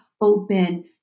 open